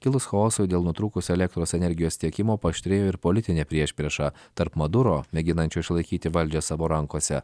kilus chaosui dėl nutrūkusio elektros energijos tiekimo paaštrėjo ir politinė priešprieša tarp munduro mėginančių išlaikyti valdžią savo rankose